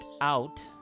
out